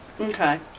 Okay